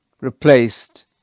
replaced